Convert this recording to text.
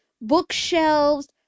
bookshelves